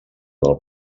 del